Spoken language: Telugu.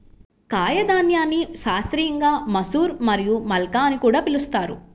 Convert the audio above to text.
కాయధాన్యాన్ని శాస్త్రీయంగా మసూర్ మరియు మల్కా అని కూడా పిలుస్తారు